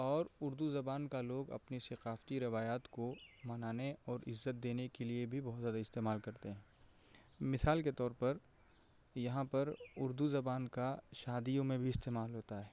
اور اردو زبان کا لوگ اپنی ثقافتی روایات کو منانے اور عزت دینے کے لیے بھی بہت زیادہ استعمال کرتے ہیں مثال کے طور پر یہاں پر اردو زبان کا شادیوں میں بھی استعمال ہوتا ہے